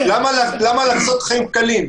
למה לעשות חיים קלים?